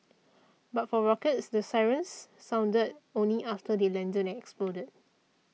but for rockets the sirens sounded only after they landed and exploded